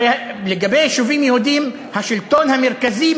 הרי לגבי יישובים יהודיים השלטון המרכזי